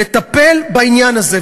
לטפל בעניין הזה.